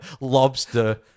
lobster